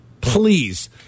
Please